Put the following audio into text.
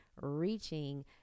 reaching